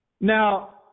Now